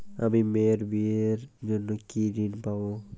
আমি মেয়ের বিয়ের জন্য কি ঋণ পাবো?